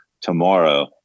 Tomorrow